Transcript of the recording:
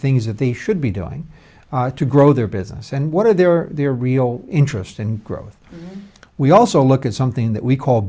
things that they should be doing to grow their business and what are their their real interest and growth we also look at something that we call